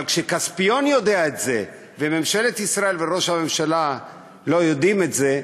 אבל כשכספיון יודע את זה וממשלת ישראל וראש הממשלה לא יודעים את זה,